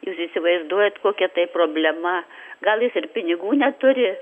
jūs įsivaizduojat kokia tai problema gal jis ir pinigų neturi